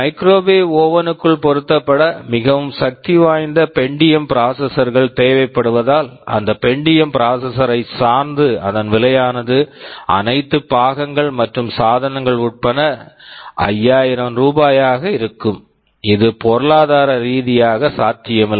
microwave oven microwave oven க்குள் பொருத்தப்பட மிகவும் சக்திவாய்ந்த பென்டியம் ப்ராசெஸஸர் pentium processor கள் தேவைப்படுவதால் அந்த பென்டியம் ப்ராசெஸஸர் pentium processor ஐ சார்ந்து அதன் விலையானது அனைத்து பாகங்கள் மற்றும் சாதனங்கள் உட்பட 5000 ரூபாயாக இருக்கும் இது பொருளாதார ரீதியாக சாத்தியமில்லை